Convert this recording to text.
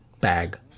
bag